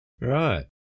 Right